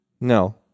No